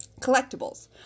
Collectibles